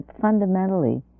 fundamentally